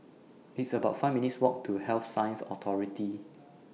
It's about five minutes' Walk to Health Sciences Authority